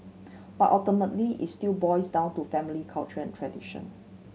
but ultimately it still boils down to family culture and tradition